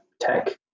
tech